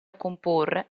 comporre